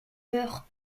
peur